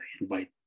invite